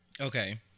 Okay